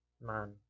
Man